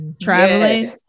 traveling